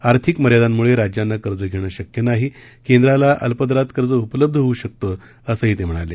आर्थिक मर्यादांम्ळे राज्यांना कर्ज घेणं शक्य नाही केंद्राला अल्पदरात कर्ज उपलब्ध होऊ शकत असंही ते म्हणाले